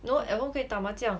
no at home 可以打麻将